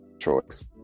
choice